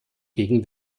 gegen